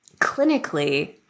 clinically